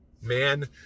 Man